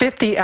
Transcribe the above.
f